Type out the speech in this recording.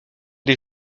des